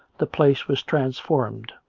the place was trans formed.